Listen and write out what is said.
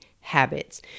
habits